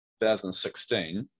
2016